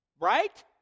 Right